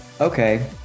okay